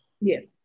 Yes